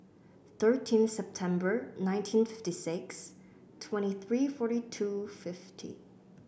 thirteen September nineteen fifty six twenty three forty two fifty